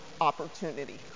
opportunity